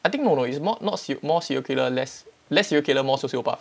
I think no no he's more not se~ more serial killer less serial killer more sociopath